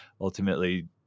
ultimately